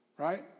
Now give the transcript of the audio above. right